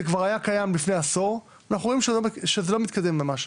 זה כבר היה קיים לפני עשור ואנחנו רואים שזה לא מתקדם ממש.